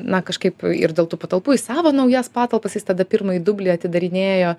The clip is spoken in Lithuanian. na kažkaip ir dėl tų patalpų į savo naujas patalpas jis tada pirmąjį dublį atidarinėjo